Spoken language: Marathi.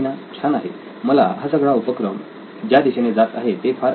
छान आहे मला हा सगळा उपक्रम ज्या दिशेने जात आहे ते फार आवडले